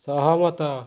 ସହମତ